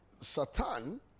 satan